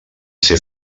ser